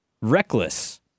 reckless